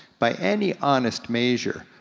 by any honest measure,